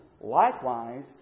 likewise